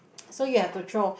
so you have to throw